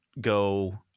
go